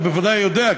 אז בוודאי יודע,